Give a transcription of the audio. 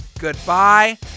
Goodbye